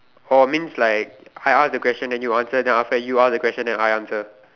oh means like I ask the question then you answer then after you ask the question and then I answer